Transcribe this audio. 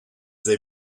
they